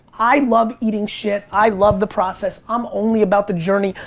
i love eating shit, i love the process, i'm only about the journey.